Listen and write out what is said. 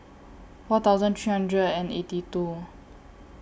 four thousand three hundred and eighty two